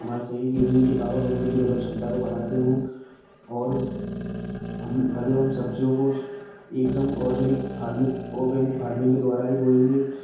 हमारे शरीर की इम्युनिटी पावर रोग प्रतिरोधक क्षमता को बढ़ाते हैं और हम फल एवं सब्ज़ियों को एकदम ऑर्गेनिक फार्मिंग ऑर्गेनिक फार्मिंग के द्वारा ही बोएँगे